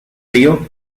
río